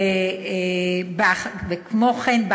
כמו כן,